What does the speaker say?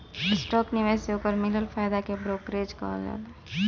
stock निवेश से ओकर मिलल फायदा के ब्रोकरेज कहल जाला